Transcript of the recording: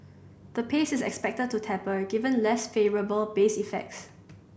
the pace is expected to taper given less favourable base effects